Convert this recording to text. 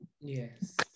Yes